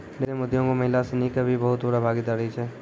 रेशम उद्योग मॅ महिला सिनि के भी बहुत बड़ो भागीदारी छै